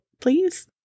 Please